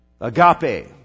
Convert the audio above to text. agape